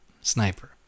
sniper